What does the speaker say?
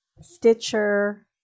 Stitcher